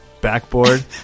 backboard